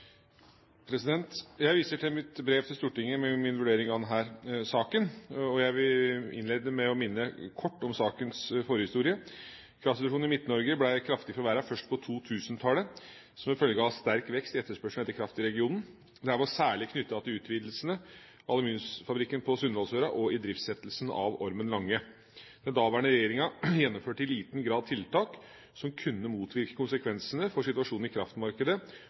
Jeg viser til mitt brev til Stortinget med min vurdering av denne saken. Jeg vil innlede med å minne kort om sakens forhistorie. Kraftsituasjonen i Midt-Norge ble kraftig forverret først på 2000-tallet som en følge av sterk vekst i etterspørselen etter kraft i regionen. Dette var særlig knyttet til utvidelsene av aluminiumsfabrikken på Sunndalsøra og idriftsettelsen av Ormen Lange. Den daværende regjeringa gjennomførte i liten grad tiltak som kunne motvirke konsekvensene for situasjonen i kraftmarkedet